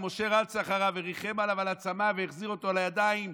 ומשה רץ אחריו וריחם עליו בגלל הצמא והחזיק אותו בידיים,